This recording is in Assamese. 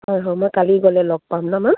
হয় হয় মই কালি গ'লে লগ পাম নহ্ মা